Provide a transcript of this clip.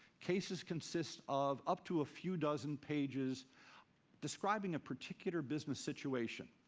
cases consist of up to a few dozen pages describing a particular business situation.